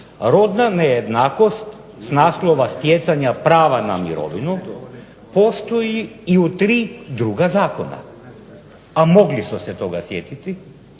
rodna nejednakost s naslova stjecanja prava na mirovinu postoji i u tri druga zakona, a mogli su se toga sjetiti,